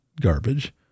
garbage